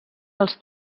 als